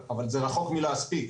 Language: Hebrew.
אבל זה רחוק מלהספיק.